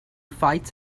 fights